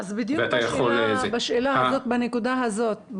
שאלה בדיוק בנקודה הזאת.